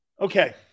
Okay